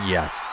Yes